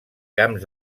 camps